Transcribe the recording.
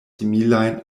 similajn